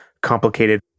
complicated